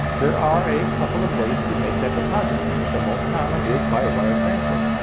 there are a couple of ways to make that deposit the most common is by wire transfer.